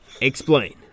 Explain